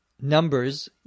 numbers